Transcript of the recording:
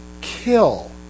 kill